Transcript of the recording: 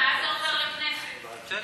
תודה